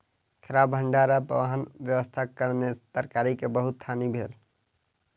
खराब भण्डार आ वाहन व्यवस्थाक कारणेँ तरकारी के बहुत हानि भेल